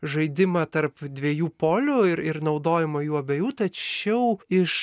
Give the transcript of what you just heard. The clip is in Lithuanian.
žaidimą tarp dviejų polių ir ir naudojimą jų abiejų tačiau iš